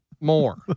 more